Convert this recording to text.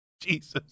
Jesus